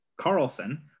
Carlson